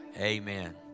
Amen